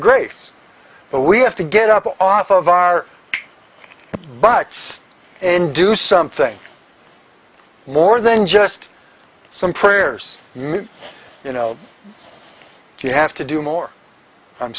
grace but we have to get up off of our butts and do something more than just some prayers maybe you know if you have to do more i'm